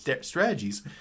strategies